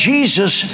Jesus